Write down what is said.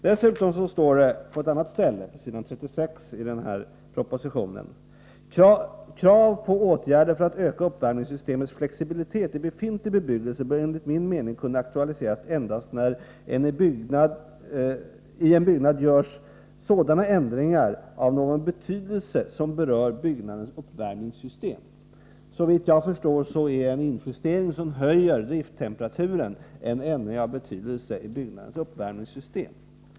Dessutom står det på s. 36 i denna proposition: ”Krav på åtgärder för att öka uppvärmningssystemets flexibilitet i befintlig bebyggelse bör enligt min mening kunna aktualiseras endast när i en byggnad görs sådana ändringar av någon betydelse som berör byggnadens uppvärmningssystem.” Såvitt jag förstår är en injustering som höjer drifttemperaturen en förändring av betydelse i byggnadens uppvärmningssystem.